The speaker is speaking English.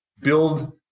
build